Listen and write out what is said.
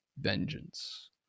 vengeance